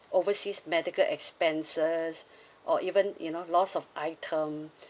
overseas medical expenses or even you know loss of item